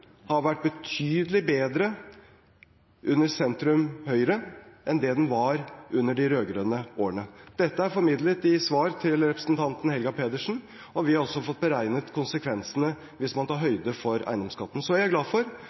har vært betydelig bedre under sentrum–høyre enn den var i de rød-grønne årene. Dette er formidlet i svar til representanten Helga Pedersen, og vi har også fått beregnet konsekvensene hvis man tar høyde for eiendomsskatten. Så er jeg glad for